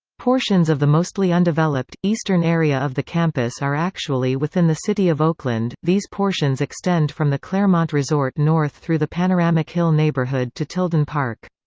portions of the mostly undeveloped, eastern area of the campus are actually within the city of oakland these portions extend from the claremont resort north through the panoramic hill neighborhood to tilden park.